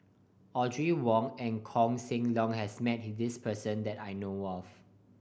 Audrey Wong and Koh Seng Leong has met this person that I know of